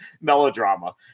melodrama